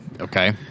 okay